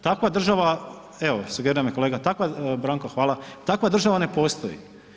Takva država, evo sugerira mi kolega, Branko hvala, takva država ne postoji.